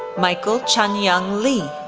michael chanyoung lee,